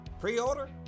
Pre-order